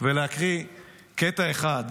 ולהקריא קטע אחד